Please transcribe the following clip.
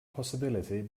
possibility